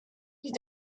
you